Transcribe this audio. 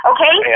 Okay